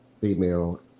female